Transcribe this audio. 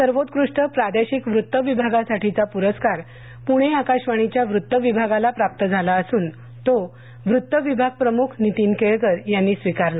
सर्वोत्कृष्ट प्रादेशिक वृत्त विभागासाठीचा पुरस्कार पुणे आकाशवाणीच्या वृत्त विभागाला प्राप्त झाला असून तो वृत्त विभाग प्रमुख नीतीन केळकर यांनी स्वीकारला